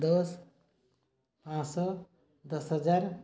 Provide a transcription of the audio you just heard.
ଦଶ ପାଞ୍ଚଶହ ଦଶ ହଜାର